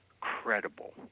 credible